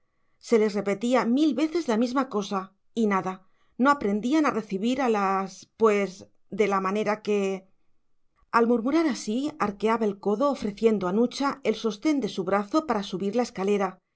se les repetía mil veces la misma cosa y nada no aprendían a recibir a las pues de la manera que al murmurar así arqueaba el codo ofreciendo a nucha el sostén de su brazo para subir la escalera